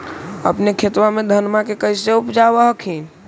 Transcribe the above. अपने खेतबा मे धन्मा के कैसे उपजाब हखिन?